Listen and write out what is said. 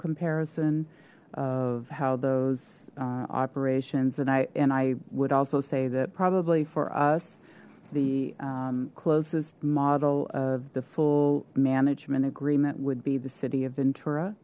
comparison of how those operations and i and i would also say that probably for us the closest model of the full management agreement would be the city of ventura